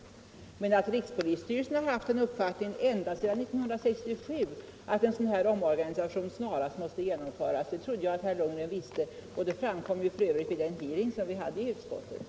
sendet sendet Att rikspolisstyrelsen ända sedan 1967 haft uppfattningen att en omorganisation måste genomföras trodde jag som sagt att herr Lundgren visste. Det framgick för övrigt av den hearing vi hade i utskottet.